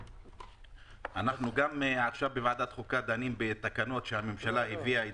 אנחנו עכשיו בוועדת החוקה דנים בתקנות שהממשלה הביאה,